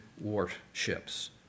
warships